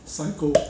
psycho ah